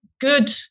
good